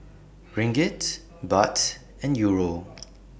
Ringgit Baht and Euro